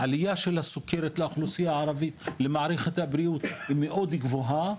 העלייה של הסוכרת של האוכלוסייה הערבית למערכת הבריאות היא מאוד גבוהה.